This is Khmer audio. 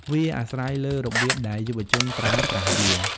វាអាស្រ័យលើរបៀបដែលយុវជនប្រើប្រាស់វា។